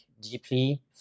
deeply